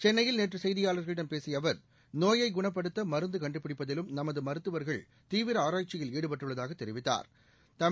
சென்னையில் நேற்றுசெய்தியாளர்களிடம் பேசியஅவர் நோயைகுணப்படுத்தமருந்துகண்டுபிடிப்பதிலும் நமதுமருத்துவர்கள் தீவிரஆராய்ச்சில் ஈடுபட்டுள்ளதாகதெரிவித்தாா்